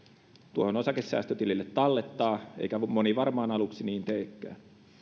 tuohon osakesäästötilille tallettaa eikä moni varmaan aluksi niin teekään